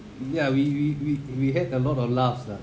ya we we we we had a lot of laughs ah